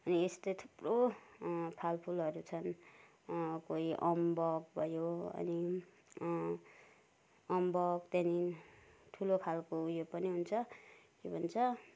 अनि यस्तै थुप्रो फलफुलहरू छन् कोही अम्बक भयो अनि अम्बक त्यहाँदेखि ठुलो खालके उयो पनि हुन्छ के भन्छ